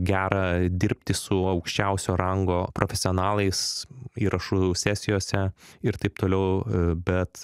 gera dirbti su aukščiausio rango profesionalais įrašų sesijose ir taip toliau bet